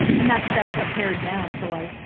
and that's that's a pared down, so i,